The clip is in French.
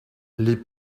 les